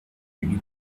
lui